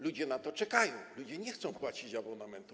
Ludzie na to czekają, ludzie nie chcą płacić abonamentu.